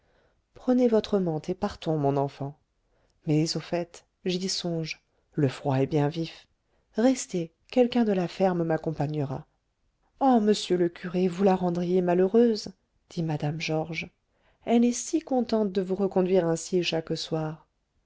prenez votre mante et partons mon enfant mais au fait j'y songe le froid est bien vif restez quelqu'un de la ferme m'accompagnera ah monsieur le curé vous la rendriez malheureuse dit mme georges elle est si contente de vous reconduire ainsi chaque soir